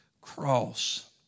cross